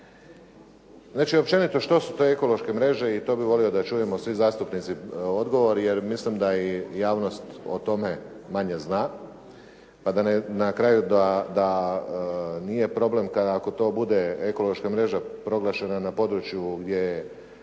Znači, općenito što su to ekološke mreže? I to bi volio da čujemo svi zastupnici odgovor, jer mislim da i javnost o tome malo zna, pa da na kraju nije problem da ako bude ekološka mreža proglašena na području gdje je